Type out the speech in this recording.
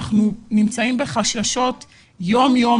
אנחנו נמצאים בחששות יום יום,